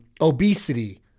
obesity